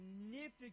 significant